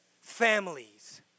Families